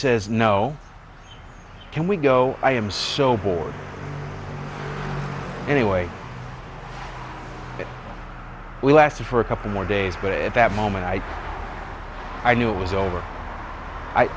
says no can we go i am so bored anyway we lasted for a couple more days but at that moment i knew it was over